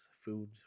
food